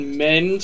men